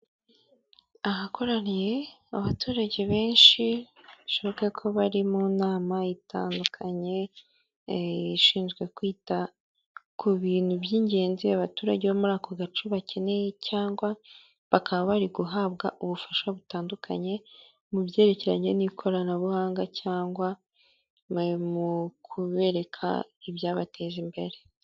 Ahakoraniye abaturage benshi bishoboka ko bari mu nama itandukanye ishinzwe kwita ku bintu by'ingenzi abaturage bo muri ako gace bakeneye, cyangwa bakaba bari guhabwa ubufasha butandukanye mu byerekeranye n'ikoranabuhanga ,cyangwa nyuma mu kubereka ibyabateza imbere.